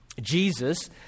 Jesus